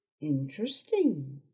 Interesting